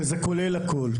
שזה כולל הכול.